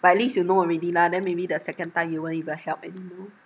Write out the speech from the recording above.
but at least you know already lah then maybe the second time you won't even help anymore